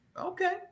Okay